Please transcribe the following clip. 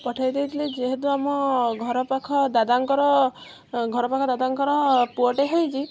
ପଠାଇଦେଇଥିଲି ଯେହେତୁ ଆମ ଘର ପାଖ ଦାଦାଙ୍କର ଘର ପାଖ ଦାଦାଙ୍କର ପୁଅଟେ ହେଇଛି